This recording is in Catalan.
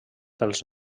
pels